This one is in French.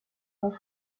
pas